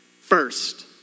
First